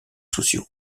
sociaux